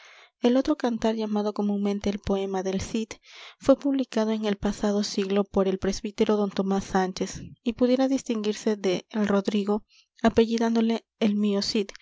el otro cantar llamado comunmente el poema del cid fué publicado en el pasado siglo por el pbro don tomás sánchez y pudiera distinguirse de el rodrigo apellidándole el